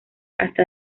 hasta